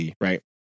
right